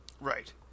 Right